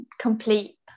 complete